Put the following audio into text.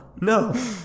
No